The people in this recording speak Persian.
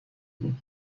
بود